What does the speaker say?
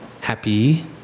happy